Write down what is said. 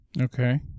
Okay